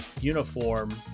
uniform